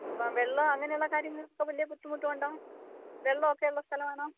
അപ്പം വെള്ളം അങ്ങനെയുള്ള കാര്യങ്ങൾക്കൊക്കെ വല്ല ബുദ്ധിമുട്ടു ഉണ്ടോ വെള്ളമൊക്കെയുള്ള സ്ഥലമാണോ